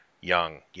young